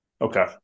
Okay